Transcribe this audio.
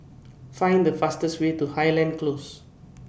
Find The fastest Way to Highland Close